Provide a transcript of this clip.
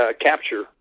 capture